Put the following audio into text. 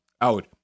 out